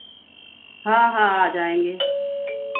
हाँ हाँ आ जाएँगे